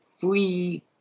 free